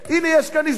הנה, יש כאן הזדמנות.